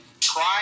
try